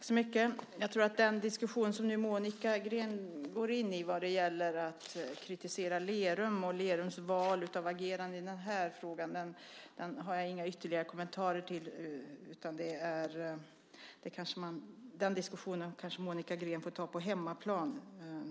Herr talman! Den diskussion som Monica Green nu går in i vad gäller att kritisera Lerum och Lerums val av agerande i den här frågan har jag inga ytterligare kommentarer till. Den diskussionen kanske Monica Green får ta på hemmaplan.